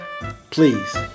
please